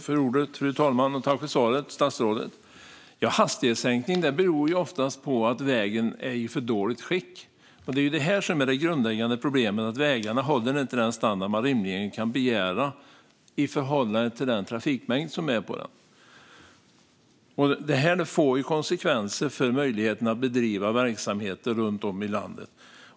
Fru talman! Jag tackar statsrådet för svaret. Hastighetssänkningar beror oftast på att vägen är i för dåligt skick. Detta är det grundläggande problemet. Vägarna håller inte den standard man rimligen kan begära i förhållande till trafikmängden. Det här får konsekvenser för möjligheterna att bedriva verksamheter runt om i landet.